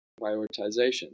prioritization